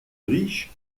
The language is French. riche